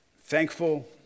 thankful